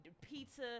pizza